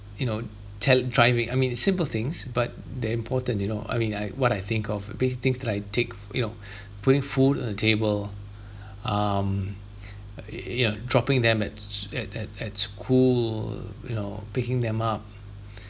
you know te~ driving I mean simple things but they're important you know I mean I what I think of big things that I take you know putting food on the table um you know dropping them at at at at school you know picking them up